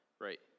right